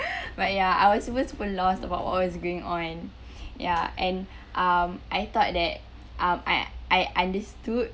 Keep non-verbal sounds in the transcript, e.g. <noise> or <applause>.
<laughs> but ya I was super super lost about was going on ya and um I thought that um I I understood